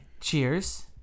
cheers